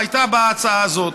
הייתה באה ההצעה הזאת,